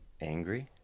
Angry